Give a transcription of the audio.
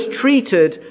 treated